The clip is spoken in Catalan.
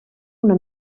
una